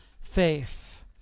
faith